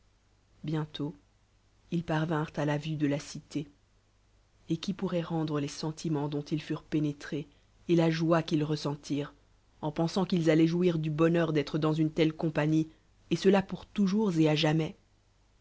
bientôt ils parvinrent à la vue de la cité et qui pourroit rendre les sentimcnts dont ils furent pénétrée et la joiequ'ils ressentirent en pensant qu'ils alloient joua du bonheur d tre dans une telle compagnie et cela pour toujours et à jamais